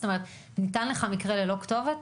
זאת אומרת ניתן לך מקרה ללא כתובת?